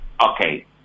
okay